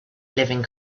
living